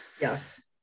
Yes